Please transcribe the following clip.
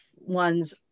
ones